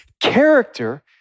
character